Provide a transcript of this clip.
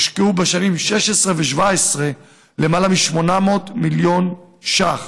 הושקעו בשנים 2016 2017 למעלה מ-800 מיליון ש"ח,